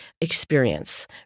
experience